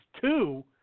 Two